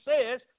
says